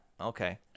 Okay